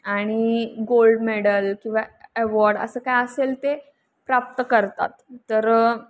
आणि gold medal किंवा award असं काय असेल ते प्राप्त करतात तर